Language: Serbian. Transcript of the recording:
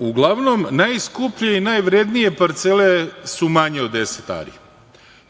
Uglavnom, najskuplje i najvrednije parcele su manje od 10 ari